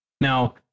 Now